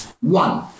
One